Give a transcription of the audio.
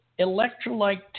Electrolyte